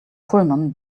pullman